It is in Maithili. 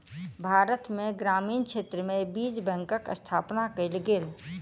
भारत में ग्रामीण क्षेत्र में बीज बैंकक स्थापना कयल गेल